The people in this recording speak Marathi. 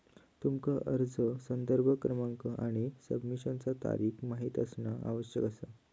तुमका अर्ज संदर्भ क्रमांक आणि सबमिशनचा तारीख माहित असणा आवश्यक असा